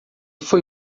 foi